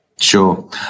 Sure